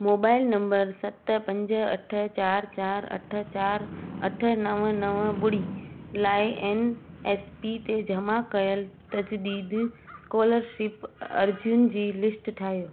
mobile number सत पंज अठ चारि चारि अठ चारि अठ नव नव ॿुड़ी लाइ एन एस पी ते जमा कयल तसदीक़ स्कोलरशिप अर्ज़ियुनि जी लिस्ट ठाहियो